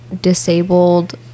disabled